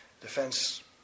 Defense